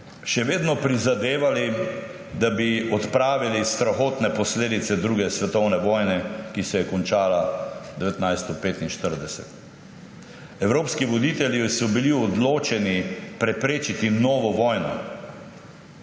še vedno prizadevali, da bi odpravili strahotne posledice druge svetovne vojne, ki se je končala 1945. Evropski voditelji so bili odločeni preprečiti novo vojno.